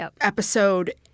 episode